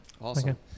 Awesome